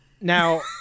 now